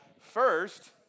first